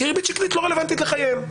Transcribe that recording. כי ריבית שקלית לא רלוונטית לחייהם.